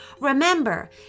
Remember